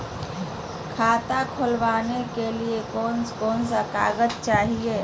खाता खोलाबे के लिए कौन कौन कागज चाही?